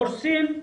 הורסים,